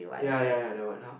ya ya ya that one [huh]